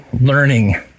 learning